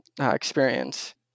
experience